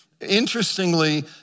Interestingly